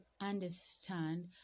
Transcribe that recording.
understand